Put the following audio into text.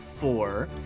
four